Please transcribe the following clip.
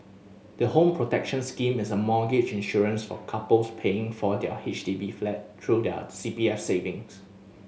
the Home Protection Scheme is a mortgage insurance for couples paying for their H D B flat through their C P F savings